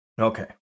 Okay